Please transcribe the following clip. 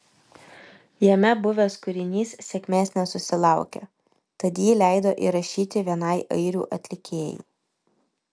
jame buvęs kūrinys sėkmės nesusilaukė tad jį leido įrašyti vienai airių atlikėjai